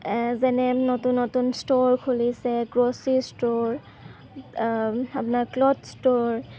যেনে নতুন নতুন ষ্ট'ৰ খুলিছে গ্ৰ'চাৰী ষ্ট'ৰ আপোনাৰ ক্লথ ষ্ট'ৰ